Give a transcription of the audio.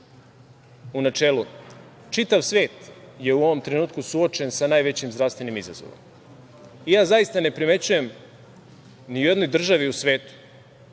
u načelu. Čitav svet je u ovom trenutku suočen sa najvećim zdravstvenim izazovom. Zaista ne primećujem ni u jednom državi u svetu